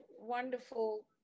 wonderful